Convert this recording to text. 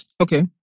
Okay